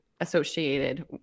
associated